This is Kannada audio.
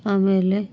ಆಮೇಲೆ